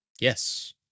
Yes